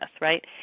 right